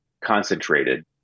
concentrated